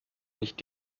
nicht